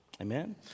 Amen